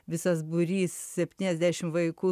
visas būrys septyniasdešim vaikų